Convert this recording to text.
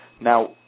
Now